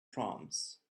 proms